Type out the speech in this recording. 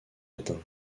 matin